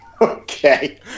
Okay